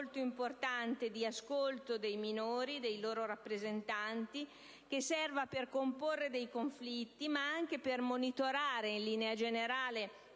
importante di ascolto dei minori e dei loro rappresentanti che servirà per comporre i conflitti, ma anche per monitorare, in linea generale,